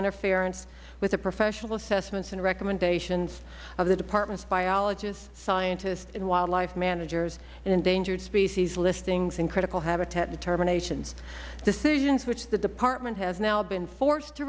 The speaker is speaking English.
interference with the professional assessments and recommendations of the department's biologists scientists and wildlife managers in endangered species listings and critical habitat determinations decisions which the department has now been forced to